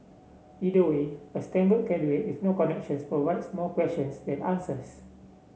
either way a Stanford graduate with no connections provides more questions than answers